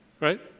Right